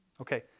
Okay